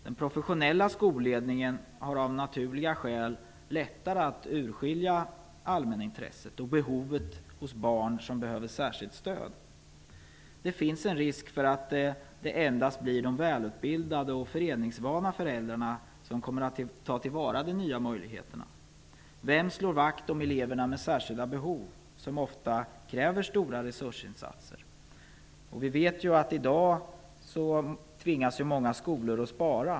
Den professionella skolledningen har av naturliga skäl lättare att urskilja allmänintresset och behovet hos barn som behöver särskilt stöd. Det finns en risk för att det endast blir de välutbildade och föreningsvana föräldrarna som kommer att ta till vara de nya möjligheterna. Vem slår vakt om eleverna med särskilda behov, som ofta kräver stora resursinsatser? Vi vet ju att många skolor i dag tvingas spara.